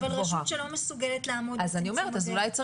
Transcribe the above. אבל רשות שלא מסוגלת לעמוד בצמצום מגעים